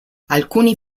alcuni